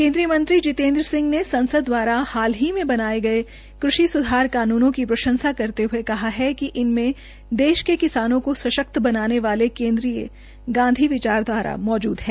केन्द्रीय मंत्री जितेन्द्र सिंह ने संसद द्वारा हाल ही में बनाये गये कृषि स्धार कानूनों की प्रंशसा करते हुये कहा कि इनमें देश के किसानों का सश्क्त बनाने वाले केन्द्रीय गांधी विचारधारा मौजूद है